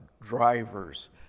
drivers